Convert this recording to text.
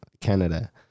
Canada